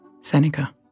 Seneca